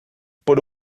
por